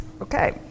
Okay